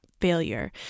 failure